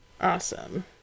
Awesome